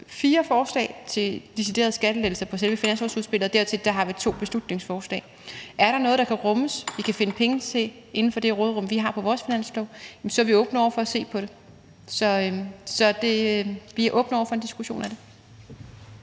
fire forslag til deciderede skattelettelser på selve finanslovsudspillet, og dertil har vi to beslutningsforslag. Er der noget, der kan rummes, og som vi kan finde penge til inden for det råderum, som vi har på vores finanslov, er vi åbne over for at se på det. Så vi er åbne over for en diskussion af det.